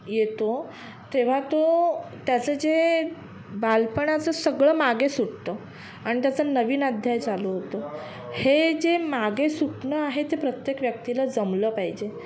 येतो तेव्हा तो त्याचं जे बालपणाचं सगळं मागे सुटतं आणि त्याचं नवीन अध्याय चालू होतो हे जे मागे सुटणं आहे ते प्रत्येक व्यक्तीला जमलं पाहिजे